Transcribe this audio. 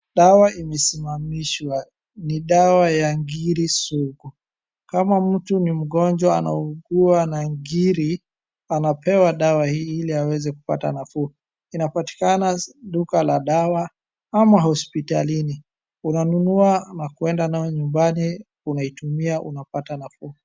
Dawa imesimamishwa. Ni dawa ya Ngiri Sugu. Kama mtu ni mgonjwa anaugua na Ngiri, anapewa dawa hii ili aweze kupata nafuu. Inapatikana duka la dawa ama hospitalini. Unanunua na kwenda nayo nyumbani unaitumia unapata nafuu.